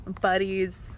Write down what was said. buddies